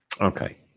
Okay